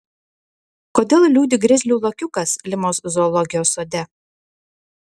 kodėl liūdi grizlių lokiukas limos zoologijos sode